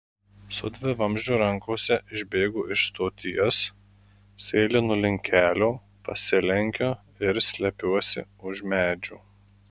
su dvivamzdžiu rankose išbėgu iš stoties sėlinu link kelio pasilenkiu ir slepiuosi už medžių